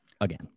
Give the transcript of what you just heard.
again